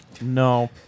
No